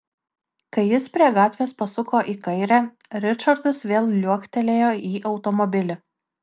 kai jis prie gatvės pasuko į kairę ričardas vėl liuoktelėjo į automobilį